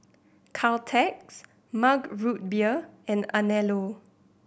Caltex Mug Root Beer and Anello